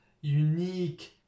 unique